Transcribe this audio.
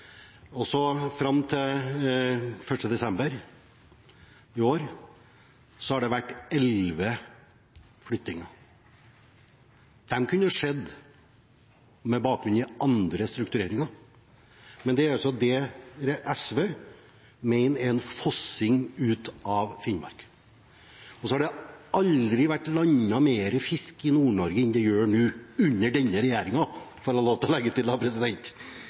og så var det 9 i tillegg som gikk på NVG – altså 409. Fram til 1. desember i år har det vært elleve flyttinger. De kunne skjedd med bakgrunn i andre struktureringer, men det er altså det SV mener er en «fossing» ut av Finnmark. Det har aldri vært landet mer fisk i Nord-Norge enn det gjør nå – under denne regjeringen, får jeg lov til å legge til. Det